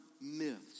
myths